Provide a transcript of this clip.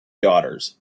daughters